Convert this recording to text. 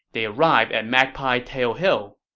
they arrived at magpie tail hill.